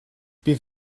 bydd